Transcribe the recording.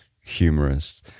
humorous